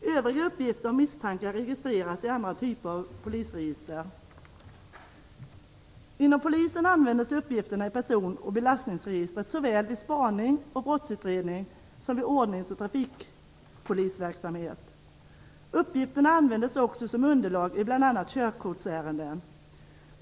Övriga uppgifter om misstankar registreras i andra typer av polisregister. Inom polisen används uppgifterna i person och belastningsregistret såväl vid spaning och brottsutredning som vid ordnings och trafikpolisverksamhet. Uppgifterna används också som underlag i bl.a. körkortsärenden.